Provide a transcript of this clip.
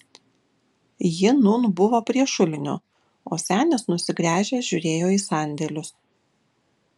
ji nūn buvo prie šulinio o senis nusigręžęs žiūrėjo į sandėlius